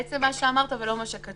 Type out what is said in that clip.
בעצם, מה שאמרת, ולא מה שכתוב.